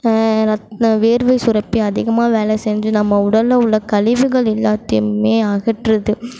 வேர்வை சுரப்பி அதிகமாக வேலை செஞ்சு நம்ம உடலில் உள்ள கழிவுகள் எல்லாத்தையுமே அகற்றுது